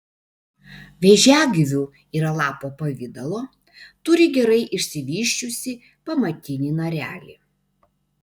vėžiagyvių yra lapo pavidalo turi gerai išsivysčiusį pamatinį narelį